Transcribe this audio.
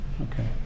Okay